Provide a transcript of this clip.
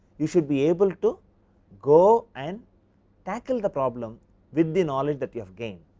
you should be able to go and tackle the problem with the knowledge that your gain.